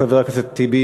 חבר הכנסת טיבי,